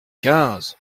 quinze